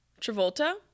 Travolta